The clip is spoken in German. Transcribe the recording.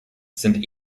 sind